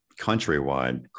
countrywide